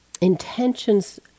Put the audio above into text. intentions